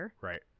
Right